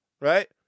right